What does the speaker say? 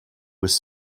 was